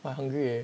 I hungry already